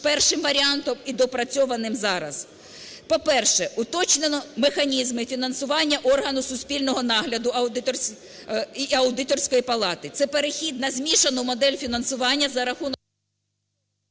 першим варіантом і доопрацьованим зараз. По-перше, уточнено механізми фінансування органу суспільного нагляду Аудиторської палати, це перехід на змішену модель фінансування за рахунок…